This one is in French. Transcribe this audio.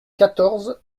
quatorze